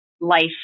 life